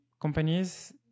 companies